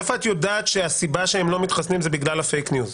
מאיפה את יודעת שהסיבה שהם לא מתחסנים זה בגלל ה"פייק ניוז"?